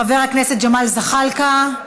חבר הכנסת ג'מאל זחאלקה,